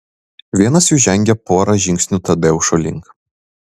vienas jų žengė porą žingsnių tadeušo link